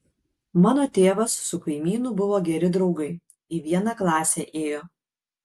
mano tėvas su kaimynu buvo geri draugai į vieną klasę ėjo